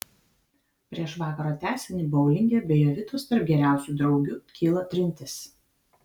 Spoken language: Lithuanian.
prieš vakaro tęsinį boulinge be jovitos tarp geriausių draugių kyla trintis